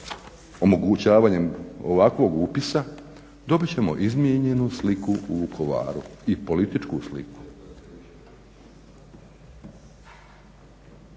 omogućavanjem ovakvog upisa dobit ćemo izmijenjenu sliku u Vukovaru i političku sliku.